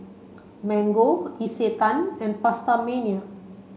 Mango Isetan and PastaMania